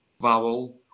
vowel